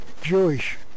Jewish